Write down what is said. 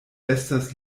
estas